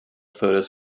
photos